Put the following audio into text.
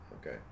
Okay